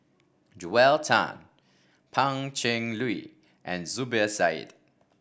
Joel Tan Pan Cheng Lui and Zubir Said